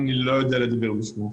אני לא יודע לדבר בשמו.